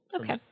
Okay